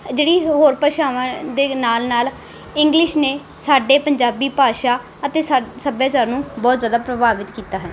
ਜਿਹੜੀ ਹੋਰ ਭਾਸ਼ਾਵਾਂ ਦੇ ਨਾਲ ਨਾਲ ਇੰਗਲਿਸ਼ ਨੇ ਸਾਡੇ ਪੰਜਾਬੀ ਭਾਸ਼ਾ ਅਤੇ ਸਾ ਸੱਭਿਆਚਾਰ ਨੂੰ ਬਹੁਤ ਜ਼ਿਆਦਾ ਪ੍ਰਭਾਵਿਤ ਕੀਤਾ ਹੈ